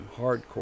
hardcore